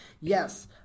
Yes